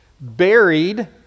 buried